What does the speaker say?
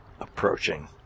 approaching